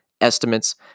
estimates